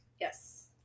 yes